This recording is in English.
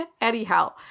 Anyhow